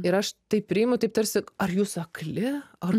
ir aš tai priimu taip tarsi ar jūs akli ar